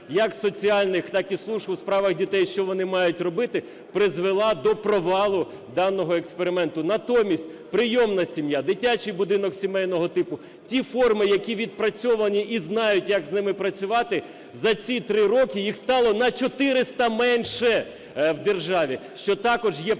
як соціальних, так і служб у справах дітей, що вони мають робити, призвела до провалу даного експерименту. Натомість прийомна сім'я, дитячий будинок сімейного типу - ті форми, які відпрацьовані і знають, як з ними працювати. За ці три роки їх стало на чотириста менше в державі, що також є провалом